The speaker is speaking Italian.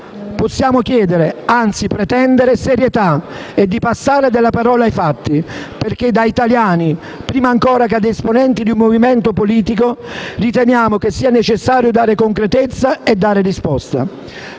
magari chiedere - anzi, pretendere - serietà e di passare dalle parole ai fatti, perché, da italiani prima ancora che da esponenti di un movimento politico, riteniamo che sia necessario dare concretezza e risposte.